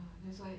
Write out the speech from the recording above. ya that's why